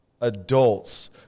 adults